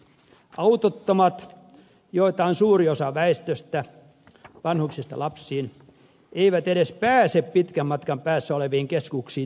autottomat joita on suuri osa väestöstä vanhuksista lapsiin eivät edes pääse pitkän matkan päässä oleviin keskuksiin ilman autoja